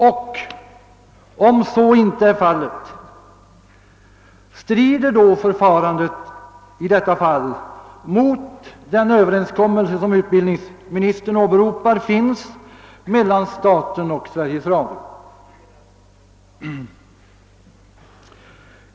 Om så inte är fallet, strider då förfarandet i detta fall mot den överenskommelse mellan staten och Sveriges Radio som utbildningsministern åberopat?